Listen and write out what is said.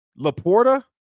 Laporta